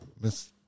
Miss